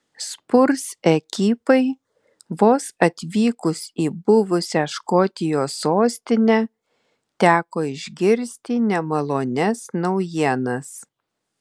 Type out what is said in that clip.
spurs ekipai vos atvykus į buvusią škotijos sostinę teko išgirsti nemalonias naujienas